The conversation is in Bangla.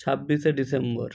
ছাব্বিশে ডিসেম্বর